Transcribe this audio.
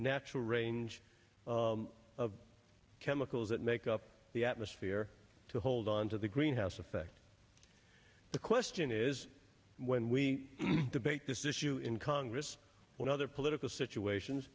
natural range of chemicals that make up the atmosphere to hold on to the greenhouse effect the question is when we debate this issue in congress when other political situations